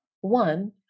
One